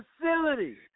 facility